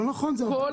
לא נכון.